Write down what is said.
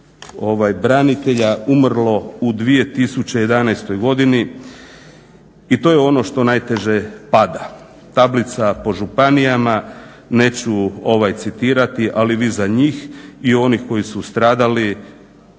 164 branitelja umrlo u 2011. godini i to je ono što najteže pada. Tablica po županijama, neću citirati, ali vis-a-vis njih i onih koji su stradali